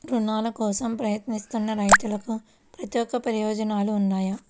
రుణాల కోసం ప్రయత్నిస్తున్న రైతులకు ప్రత్యేక ప్రయోజనాలు ఉన్నాయా?